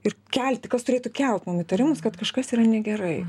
ir kelti kas turėtų kelt mum įtarimus kad kažkas yra negerai